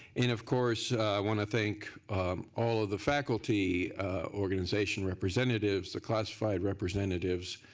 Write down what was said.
and of course i want to thank all of the faculty organization representatives, the classified representatives